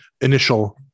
initial